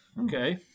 Okay